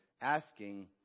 asking